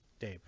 Dave